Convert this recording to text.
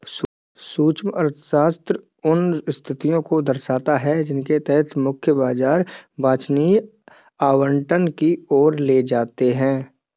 सूक्ष्म अर्थशास्त्र उन स्थितियों को दर्शाता है जिनके तहत मुक्त बाजार वांछनीय आवंटन की ओर ले जाते हैं